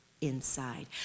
inside